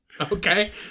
Okay